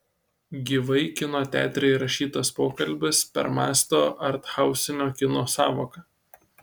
gyvai kino teatre įrašytas pokalbis permąsto arthausinio kino sąvoką